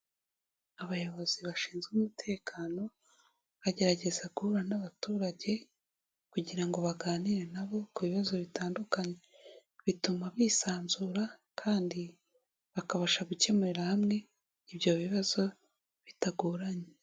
Abayobozi bashinzwe umutekano bagerageza guhura n'abaturage kugira ngo baganire na bo ku bibazo bitandukanye, bituma bisanzura kandi bakabasha gukemurira hamwe ibyo bibazo bitagoranye.